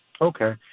Okay